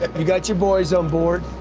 you got your boys onboard.